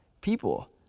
people